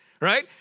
right